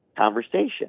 conversation